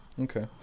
Okay